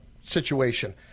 situation